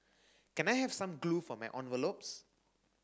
can I have some glue for my envelopes